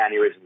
aneurysms